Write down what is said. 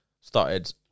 Started